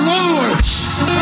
Lord